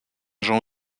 jean